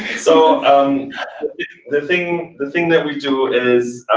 so um the thing the thing that we do is,